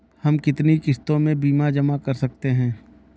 हम कितनी किश्तों में बीमा जमा कर सकते हैं?